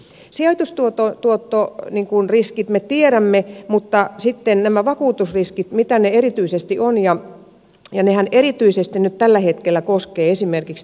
sieltä se tuottaa tuottoa kun sijoitustuottoriskit me tiedämme mutta sitten nämä vakuutusriskit mitä ne erityisesti ovat ja nehän erityisesti nyt tällä hetkellä koskevat esimerkiksi työkyvyttömyyseläkkeitä